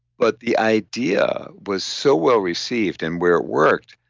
but the idea was so well received and where it worked